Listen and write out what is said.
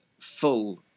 full